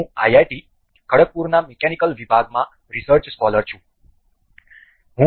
હું આઇઆઇટી ખડગપુરના મિકેનિકલ વિભાગમાં રિસર્ચ સ્કોલર છું